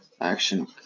action